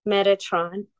Metatron